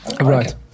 right